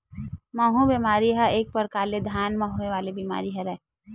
माहूँ बेमारी ह एक परकार ले धान म होय वाले बीमारी हरय